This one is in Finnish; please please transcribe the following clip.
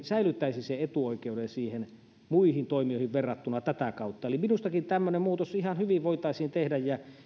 säilyttäisi sen etuoikeuden muihin toimijoihin verrattuna tätä kautta eli minustakin tämmöinen muutos ihan hyvin voitaisiin tehdä ja